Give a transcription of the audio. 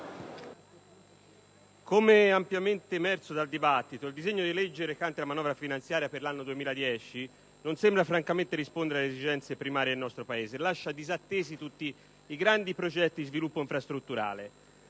come ampiamente emerso dal dibattito, il disegno di legge recante la manovra finanziaria per l'anno 2010 non sembra francamente rispondere alle esigenze primarie del nostro Paese e lascia disattesi tutti i grandi progetti di sviluppo infrastrutturale.